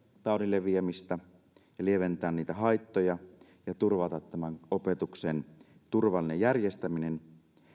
taudin leviämistä ja lieventää haittoja ja turvata opetuksen turvallinen järjestäminen